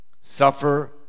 suffer